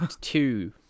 two